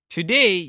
Today